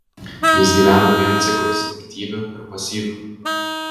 jis gyvena dviem ciklais aktyviu ir pasyviu